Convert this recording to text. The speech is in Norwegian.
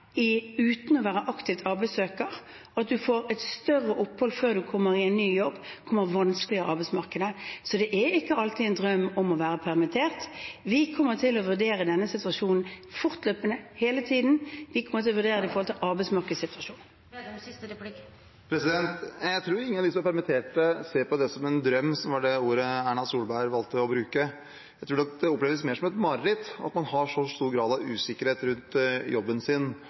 uten å være aktiv arbeidssøker, at man får et større opphold før man kommer i en ny jobb, kommer vanskeligere inn i arbeidsmarked. Så det er ikke alltid en drøm å være permittert. Vi kommer til å vurdere denne situasjonen fortløpende, hele tiden. Vi kommer til å vurdere den med tanke på arbeidsmarkedssituasjonen. Jeg tror ingen av de som er permittert, ser på det som en drøm, som var det ordet Erna Solberg valgte å bruke. Jeg tror nok det oppleves mer som et mareritt at man har så stor grad av usikkerhet rundt jobben sin